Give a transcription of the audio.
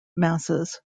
masses